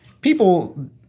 people